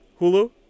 Hulu